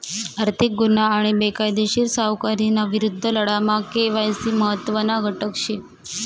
आर्थिक गुन्हा आणि बेकायदेशीर सावकारीना विरुद्ध लढामा के.वाय.सी महत्त्वना घटक शे